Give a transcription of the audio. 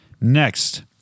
Next